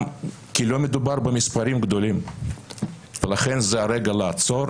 לא מדובר במספרים גדולים ולכן זה הרגע לעצור